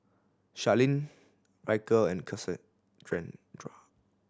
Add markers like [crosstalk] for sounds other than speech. Sharlene Ryker and [unintelligible]